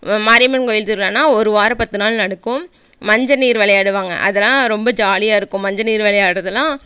மாரியம்மன் கோயில் திருவிழான்னா ஒரு வாரம் பத்து நாள் நடக்கும் மஞ்ச நீர் விளையாடுவாங்க அதெல்லாம் ரொம்ப ஜாலியாக இருக்கும் மஞ்ச நீர் விளையாடுறதுலாம்